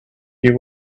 you